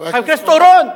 חבר הכנסת אורון.